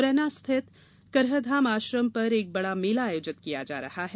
मुरैना स्थित करहधाम आश्रम पर एक बड़ा मेला आयोजित किया जा रहा है